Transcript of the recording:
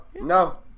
no